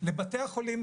לבתי החולים,